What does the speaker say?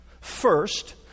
first